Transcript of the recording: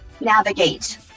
navigate